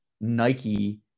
nike